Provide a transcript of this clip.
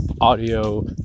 audio